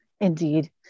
Indeed